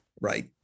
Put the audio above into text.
right